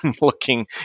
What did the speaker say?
looking